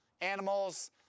animals